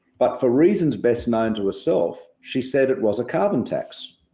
but for reasons best known to herself, she said it was a carbon tax,